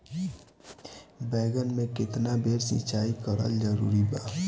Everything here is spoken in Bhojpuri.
बैगन में केतना बेर सिचाई करल जरूरी बा?